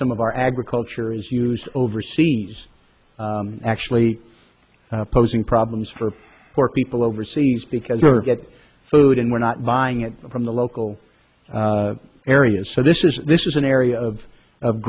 some of our agriculture is used overseas actually posing problems for poor people overseas because we're get food and we're not buying it from the local area so this is this is an area of of